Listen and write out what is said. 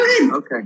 Okay